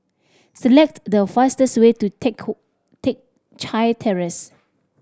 select the fastest way to Teck Teck Chye Terrace